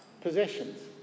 possessions